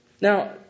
Now